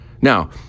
Now